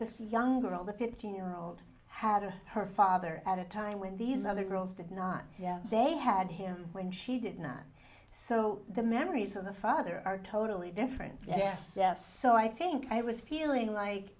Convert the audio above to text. this young girl the fifteen year old had her father at a time when these other girls did not yet they had him when she did not so the memories of the father are totally different yes yes so i think i was feeling like